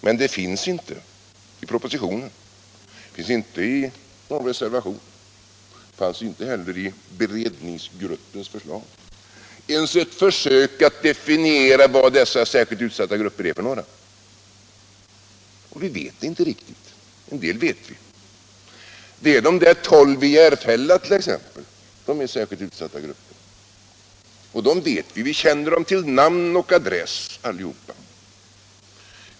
Men det finns inte i propositionen och inte i någon reservation, inte heller i beredningsgruppens förslag, ens ett försök att definiera vad dessa särskilt utsatta grupper är för några. Och vi vet det inte riktigt. En del vet vi. Det är de 24 ungdomarna i Järfälla. De är särskilt utsatta. Vi känner dem till namn och adress allihop.